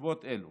בנסיבות אלו